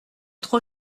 trop